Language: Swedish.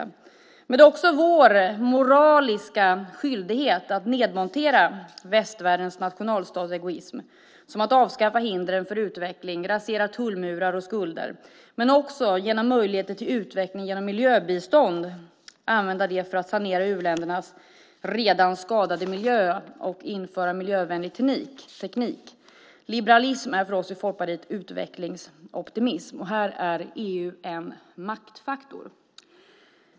Men det är också vår moraliska skyldighet att nedmontera västvärldens nationalstatsegoism genom att avskaffa hindren för utveckling genom att rasera tullmurar och minska skulder. Det gäller också att ge möjligheter till utveckling genom miljöbistånd och använda det till att sanera u-ländernas redan skadade miljö och införa miljövänlig teknik. Liberalism är för oss i Folkpartiet utvecklingsoptimism, och här är EU en maktfaktor.